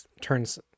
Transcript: turns